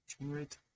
generate